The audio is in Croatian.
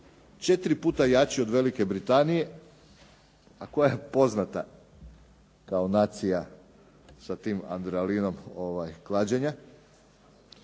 četiri puta jači od Velike Britanije a koja je poznata kao nacija sa tim adrenalinom klađenja.